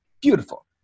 beautiful